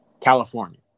California